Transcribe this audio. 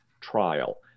trial